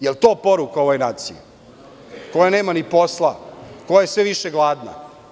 Jel to poruka ovoj naciji, koja nema ni posla, koja je sve više gladna?